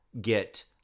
get